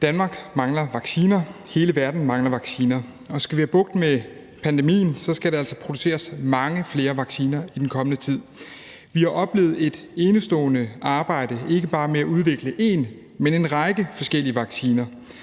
Danmark mangler vacciner, hele verden mangler vacciner, og skal vi have bugt med pandemien, så skal der altså produceres mange flere vacciner i den kommende tid. Vi har oplevet et enestående arbejde, ikke bare med at udvikle én, men en række forskellige vacciner,